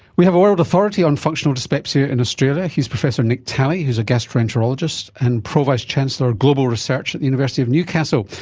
we have a world authority on functional dyspepsia in australia, he is professor nick talley who is a gastroenterologist and pro vice-chancellor of global research at the university of newcastle,